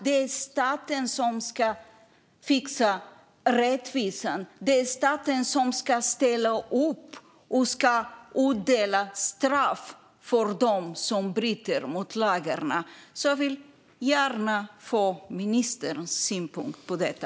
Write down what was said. Det är staten som ska fixa rättvisan. Det är staten som ska ställa upp och utdela straff till dem som bryter mot lagarna. Jag vill gärna få ministerns synpunkt på detta.